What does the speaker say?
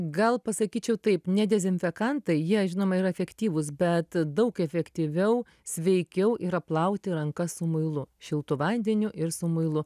gal pasakyčiau taip ne dezinfekantai jie žinoma yra efektyvūs bet daug efektyviau sveikiau yra plauti rankas su muilu šiltu vandeniu ir su muilu